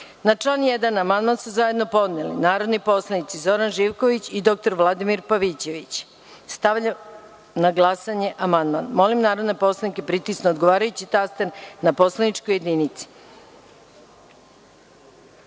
član 1. amandman su zajedno podneli narodni poslanici Zoran Živković i dr Vladimir Pavićević. Stavljam na glasanje amandman. Molim narodne poslanike da pritisnu odgovarajući taster na poslaničkoj